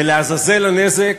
ולעזאזל הנזק,